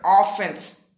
offense